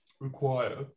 require